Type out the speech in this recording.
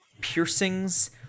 piercings